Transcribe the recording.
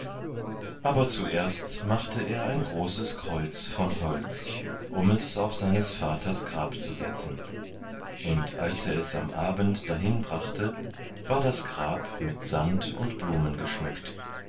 aber zuerst machte er ein großes kreuz von holz um es auf seines vaters grab zu setzen und als er es am abend dahin brachte war das grab mit sand und blumen geschmückt